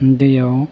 दैयाव